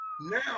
Now